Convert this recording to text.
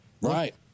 Right